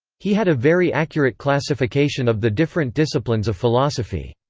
he had a very accurate classification of the different disciplines of philosophy.